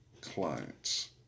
clients